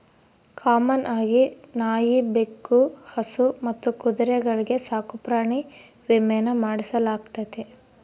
common ಆಗಿ ನಾಯಿ, ಬೆಕ್ಕು, ಹಸು ಮತ್ತು ಕುದುರೆಗಳ್ಗೆ ಸಾಕುಪ್ರಾಣಿ ವಿಮೇನ ಮಾಡಿಸಲಾಗ್ತತೆ